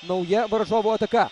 nauja varžovų ataka